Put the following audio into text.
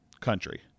country